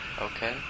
Okay